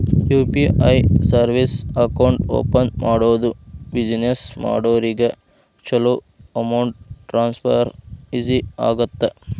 UPI service account open ಮಾಡೋದು business ಮಾಡೋರಿಗ ಚೊಲೋ ಅಮೌಂಟ್ ಟ್ರಾನ್ಸ್ಫರ್ ಈಜಿ ಆಗತ್ತ